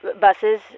buses